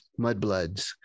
mudbloods